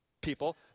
people